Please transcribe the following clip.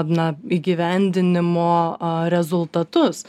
na įgyvendinimo rezultatus